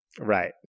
right